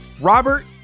Robert